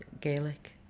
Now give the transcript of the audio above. Gaelic